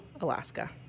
Alaska